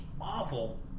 awful